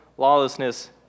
lawlessness